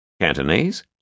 Cantonese